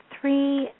three